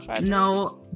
no